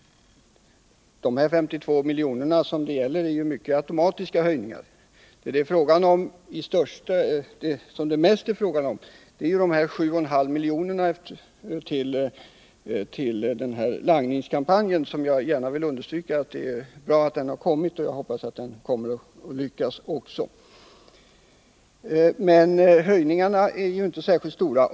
De 52 milj.kr. som det gäller är till stor del automatiska höjningar. Vad frågan främst gäller är de 7,5 miljonerna till langningskampanjen. Jag vill gärna understryka att det är bra att den kampanjen har kommit, och jag hoppas att den kommer att lyckas. Men höjningarna för övrigt är inte särskilt stora.